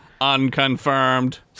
Unconfirmed